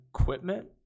equipment